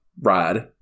ride